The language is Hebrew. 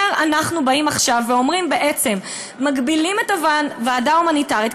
אנחנו באים עכשיו ואומרים בעצם: מגבילים את הוועדה ההומניטרית,